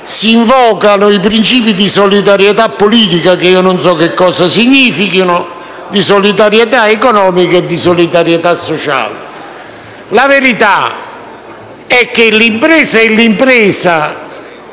si invocano i principi di solidarietà politica, che non so cosa significhino, di solidarietà economica e di solidarietà sociale. La verità è che l'impresa è l'impresa.